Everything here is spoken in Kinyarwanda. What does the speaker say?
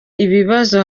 ibibazo